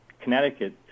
connecticut